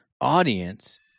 audience